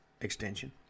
extension